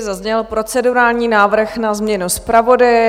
Zazněl procedurální návrh na změnu zpravodaje.